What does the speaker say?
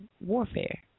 warfare